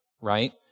right